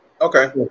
Okay